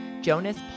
Jonas